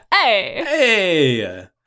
Hey